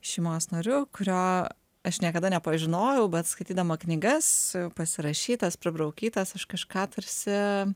šeimos nariu kurio aš niekada nepažinojau bet skaitydama knygas pasirašytas pribraukytas aš kažką tarsi